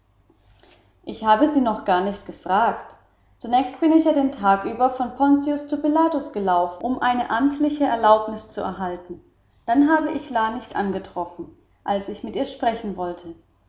ich habe sie noch gar nicht gefragt zunächst bin ich ja den tag über von pontius zu pilatus gelaufen um eine amtliche erlaubnis zu erhalten dann habe ich la nicht angetroffen als ich mit ihr sprechen wollte